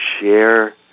share